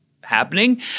happening